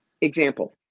Example